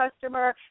customer